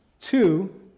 Two